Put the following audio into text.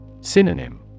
Synonym